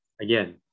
again